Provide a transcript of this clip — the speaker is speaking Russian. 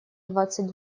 двадцать